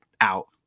out